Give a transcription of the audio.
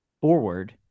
Forward